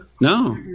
No